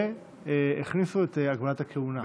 והכניסו את הגבלת הכהונה.